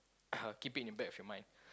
keep it in back of your mind